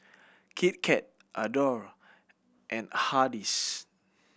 Kit Kat Adore and Hardy's